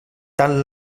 tal